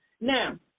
Now